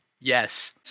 yes